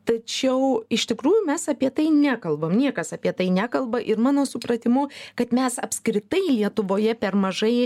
tačiau iš tikrųjų mes apie tai nekalbam niekas apie tai nekalba ir mano supratimu kad mes apskritai lietuvoje per mažai